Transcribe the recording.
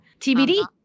TBD